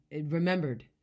remembered